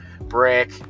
brick